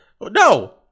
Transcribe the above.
No